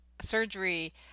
surgery